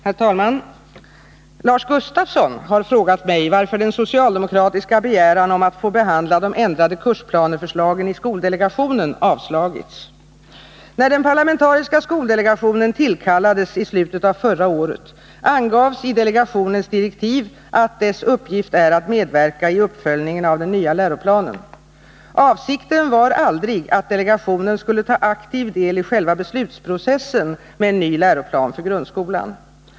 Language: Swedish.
Herr talman! Lars Gustafsson har frågat mig varför den socialdemokratiska begäran om att få behandla de ändrade kursplaneförslagen i skoldelegationen avslagits. När den parlamentariska skoldelegationen tillkallades i slutet av förra året angavs i delegationens direktiv att dess uppgift är att medverka i uppföljningen av den nya läroplanen. Avsikten var aldrig att delegationen skulle ta aktiv del i själva beslutsprocessen med en ny läroplan för grundskolan.